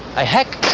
i hack.